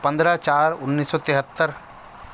پندرہ چار انیس سو تہتر